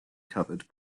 covered